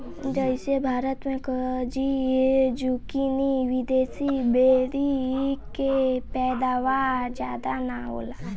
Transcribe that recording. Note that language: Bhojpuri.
जइसे भारत मे खजूर, जूकीनी, विदेशी बेरी के पैदावार ज्यादा ना होला